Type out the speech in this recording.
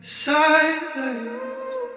silence